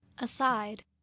Aside